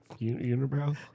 unibrow